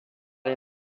les